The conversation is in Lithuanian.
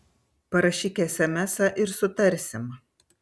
parašyk esemesą ir sutarsim